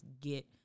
get